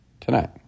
tonight